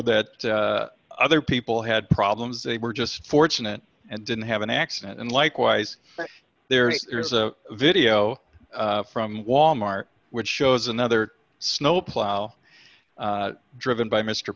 that other people had problems they were just fortunate and didn't have an accident and likewise there is a video from wal mart which shows another snowplow driven by mr